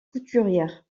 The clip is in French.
couturière